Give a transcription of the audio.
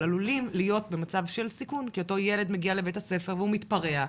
אבל עלולים להיות במצב של סיכון כי אותו ילד מגיע לבית הספר והוא מתפרע,